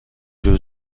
جور